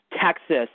Texas